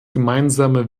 gemeinsame